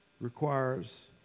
requires